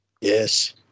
Yes